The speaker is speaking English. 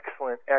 excellent